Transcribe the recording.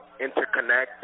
interconnect